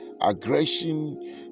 Aggression